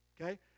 Okay